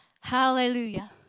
Hallelujah